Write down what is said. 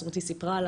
היא סיפרה לה